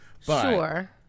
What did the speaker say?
Sure